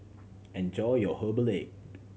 enjoy your herbal egg